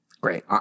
great